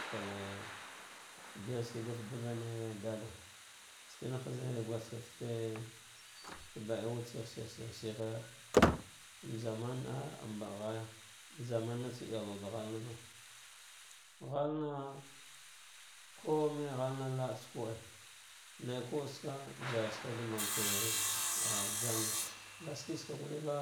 Skwalle bershike ɗalta ɗavva ga ɗaɗa shikine haghez guskete ke ka baa wuda shih shih shehne, am zana naa am bacla ghaya, mba zanana tsa mba wude iyawava ghaya kumge ghaha la cusa vude, naivude tsaka vajartsa ɗa manta ah jamga ngashisaka gulle va